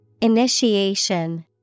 Initiation